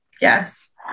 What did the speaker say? Yes